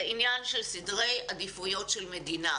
זה עניין של סדרי עדיפויות של מדינה.